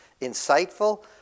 Insightful